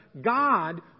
God